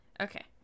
okay